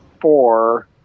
four